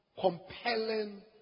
Compelling